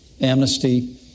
amnesty